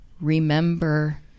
Remember